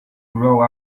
grow